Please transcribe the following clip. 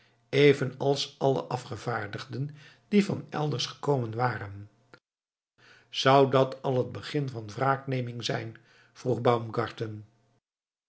even als alle afgevaardigden die van elders gekomen waren zou dat al het begin van de wraakneming zijn vroeg